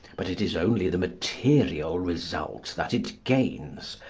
but it is only the material result that it gains,